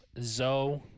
Zoe